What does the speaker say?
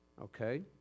okay